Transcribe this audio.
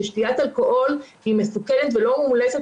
ששתיית אלכוהול היא מסוכנת ולא מומלצת